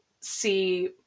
see